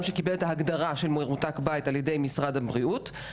שקיבל את ההגדרה מרותק בית ממשרד הבריאות,